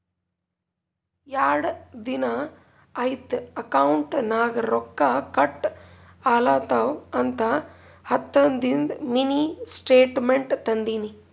ಯಾಡ್ ದಿನಾ ಐಯ್ತ್ ಅಕೌಂಟ್ ನಾಗ್ ರೊಕ್ಕಾ ಕಟ್ ಆಲತವ್ ಅಂತ ಹತ್ತದಿಂದು ಮಿನಿ ಸ್ಟೇಟ್ಮೆಂಟ್ ತಂದಿನಿ